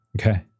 Okay